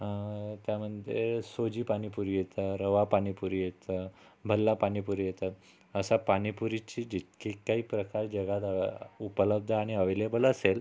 त्यामध्ये सुजी पाणीपुरी येतं रवा पाणीपुरी येतं भल्ला पाणीपुरी येतं असा पाणीपुरीची जितकेही काही प्रकार जगात उपलब्ध आणि अव्हेलेबल असेल